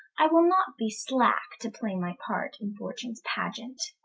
i will not be slacke to play my part in fortunes pageant.